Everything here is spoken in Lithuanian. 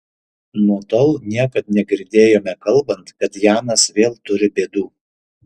nuo tol niekad negirdėjome kalbant kad janas vėl turi bėdų